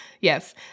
yes